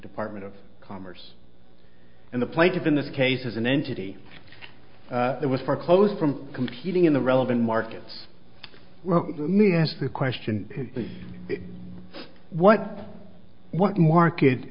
department of commerce and the plaintiff in this case as an entity that was foreclosed from competing in the relevant markets well let me ask the question what what market